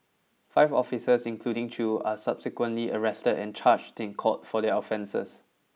five officers including Chew are subsequently arrested and charged in court for their offences